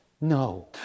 No